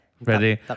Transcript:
Ready